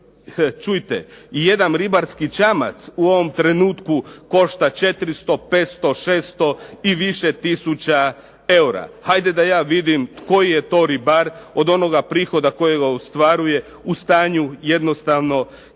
čujte i jedan ribarski čamac u ovom trenutku košta 400, 500 i više tisuća eura. Hajde da ja vidim koji je to ribar od onoga prihoda kojega ostvaruje u stanju jednostavno iznijeti